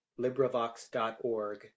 LibriVox.org